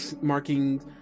markings